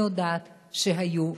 אני יודעת שהיו,